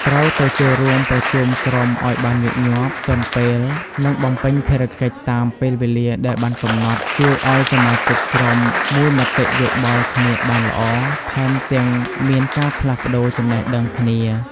ត្រូវទៅចូលរួមប្រជុំក្រុមឱ្យបានញឹកញាប់ ទាន់ពេល និងបំពេញភារកិច្ចតាមពេលវេលាដែលបានកំណត់ ជួយឱ្យសមាជិកក្រុមមូលមតិយោបល់គ្នាបានល្អ ថែមទាំងមានការផ្លាស់ប្តូចំណេះដឹងគ្នា។